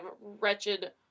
wretched